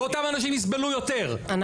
ואותם אנשים יסבלו יותר.